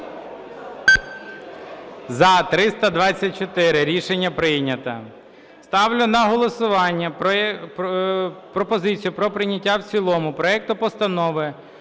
За-324 Рішення прийнято. Ставлю на голосування пропозицію про прийняття в цілому проекту Постанови